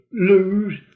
lose